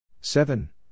Seven